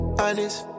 honest